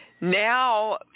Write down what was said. Now